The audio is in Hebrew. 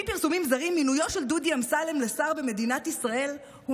מינויו של דודי אמסלם לשר במדינת ישראל הוא